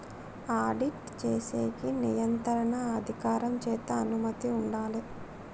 audit చేసేకి నియంత్రణ అధికారం చేత అనుమతి ఉండాలే